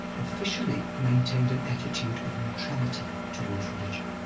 officially maintained an attitude of neutrality towards religion.